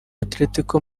atletico